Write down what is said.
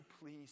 please